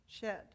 shed